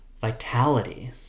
vitality